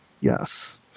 Yes